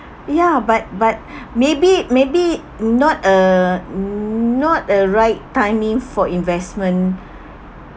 ya but but maybe maybe not uh mm not a right timing for investment